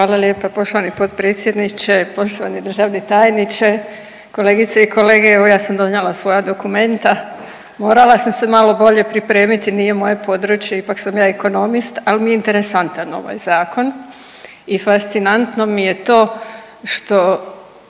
Hvala lijepa poštovani potpredsjedniče, poštovani državni tajniče, kolegice i kolege, evo ja sam donijela svoja dokumenta, morala sam se malo bolje pripremiti, nije moje područje, ipak sam ja ekonomist, ali mi je interesantan ovaj Zakon i fascinantno mi je to što